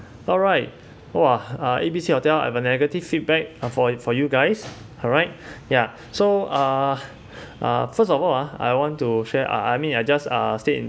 all right !wah! uh A B C hotel I have a negative feedback uh for for you guys alright ya so uh uh first of all uh I want to share uh I mean I just uh stay in uh